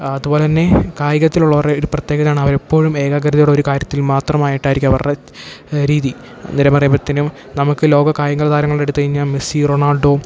അതു പോലെ തന്നെ കായികത്തിലുള്ളവരുടെ ഒരു പ്രത്യേകതയാണവരെപ്പോഴും ഏകാഗ്രതയോടെ ഒരു കാര്യത്തിൽ മാത്രമായിട്ടായിരിക്കും അവരുടെ രീതി അന്നേരം പറയുമ്പോഴത്തേനും നമുക്ക് ലോക കായികങ്ങൾ താരങ്ങളെടുത്തു കഴിഞ്ഞാൽ മെസ്സി റൊണാൾഡോ